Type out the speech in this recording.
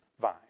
vine